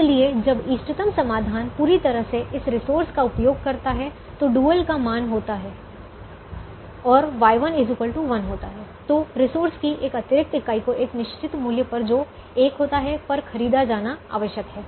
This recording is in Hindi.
इसलिए जब इष्टतम समाधान पूरी तरह से इस रिसोर्स का उपयोग करता है तो डुअल का मान होता है और Y1 1 तो रिसोर्स की एक अतिरिक्त इकाई को एक निश्चित मूल्य पर जो 1 होता है पर खरीदा जाना आवश्यक है